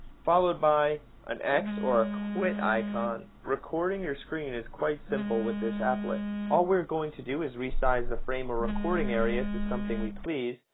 followed by an x or a quit icon, recording your screen is quite simple with this applet. all we're going to do is resize the frame or recording area to something we please,